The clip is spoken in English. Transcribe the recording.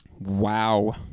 Wow